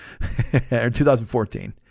2014